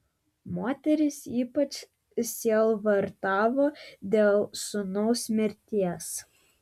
moteris ypač sielvartavo dėl sūnaus mirties